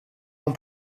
ans